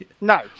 No